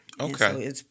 Okay